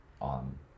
on